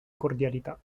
cordialità